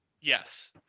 Yes